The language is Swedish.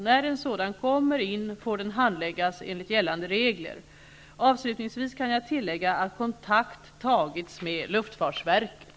När en sådan kommer in får den handläggas enligt gällande regler. Avslutningsvis kan jag tillägga att kontakt tagits med luftfartsverket.